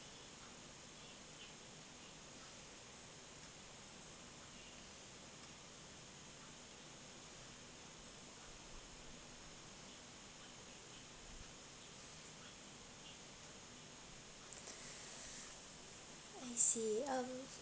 I see um